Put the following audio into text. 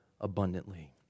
abundantly